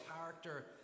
character